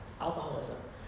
alcoholism